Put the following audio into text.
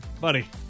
buddy